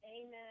Amen